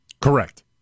Correct